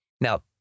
now